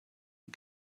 you